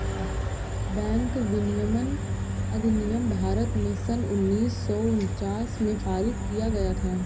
bank विनियमन अधिनियम भारत में सन उन्नीस सौ उनचास में पारित किया गया था